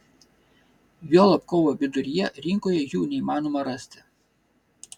juolab kovo viduryje rinkoje jų neįmanoma rasti